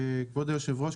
כבוד היושב-ראש,